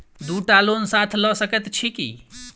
दु टा लोन साथ लऽ सकैत छी की?